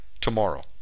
tomorrow